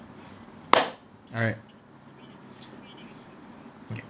alright